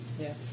Yes